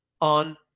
on